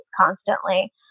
constantly